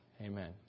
Amen